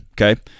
okay